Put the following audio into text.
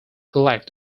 elect